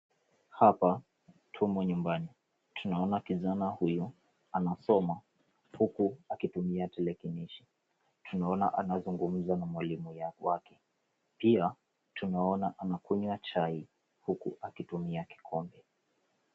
Hapa tumo nyumbani. Tunaona kijana huyu anasoma huku akitumia tarakilishi. Tunaona anazungumza na mwalimu wake. Pia tunaona ana kunywa chai huku akitumia kikombe.